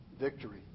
victory